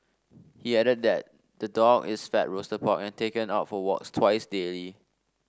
he added that the dog is fed roasted pork and taken out for walks twice daily